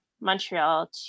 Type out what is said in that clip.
Montreal